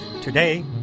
Today